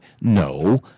No